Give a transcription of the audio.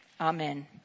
amen